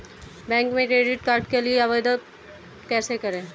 Bank में credit card के लिए आवेदन कैसे करें?